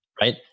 Right